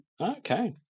Okay